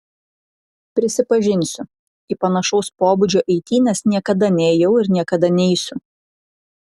prisipažinsiu į panašaus pobūdžio eitynes niekada neėjau ir niekada neisiu